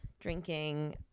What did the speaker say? drinking